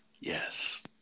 Yes